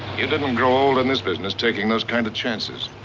you didn't grow old in this business taking those kind of chances.